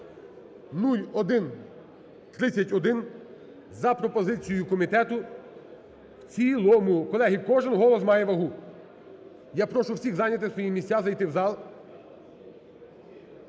(0131) за пропозицією комітету в цілому. Колеги, кожен голос має вагу. Я прошу всіх зайняти свої місця, зайти в зал.